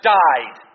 died